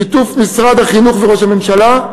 שיתוף משרד החינוך וראש הממשלה,